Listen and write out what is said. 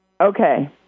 Okay